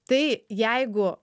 tai jeigu